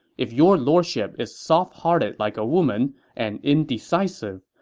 if your lordship is soft-hearted like a woman and indecisive,